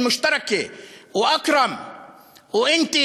(אומר בערבית: המשותפת, אכרם ואת,